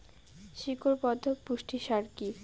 শিকড় বর্ধক পুষ্টি সার কি?